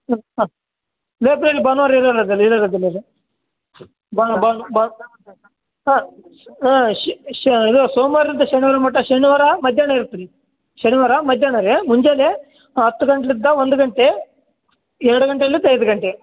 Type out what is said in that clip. ಹಾಂ ಹಾಂ ಲೈಬ್ರರಿ ಭಾನ್ವಾರ ಇರೋಲ್ಲ ಸರ್ ಇರದಿಲ್ಲ ಹಾಂ ಹಾಂ ಇದು ಸೋಮಾರಿಂದ ಶನಿವಾರ ಮಟ್ಟ ಶನಿವಾರ ಮಧ್ಯಾಹ್ನ ಇರ್ತೆ ರೀ ಶನಿವಾರ ಮಧ್ಯಾಹ್ನಗೆ ಮುಂಜಾನೆ ಹತ್ತು ಗಂಟ್ಲಿಂದ ಒಂದು ಗಂಟೆ ಎರಡು ಗಂಟೆಲಿಂದ ಐದು ಗಂಟೆ